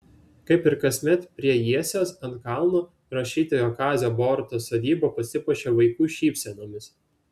kaip ir kasmet prie jiesios ant kalno rašytojo kazio borutos sodyba pasipuošė vaikų šypsenomis